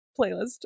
playlist